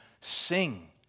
sing